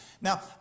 Now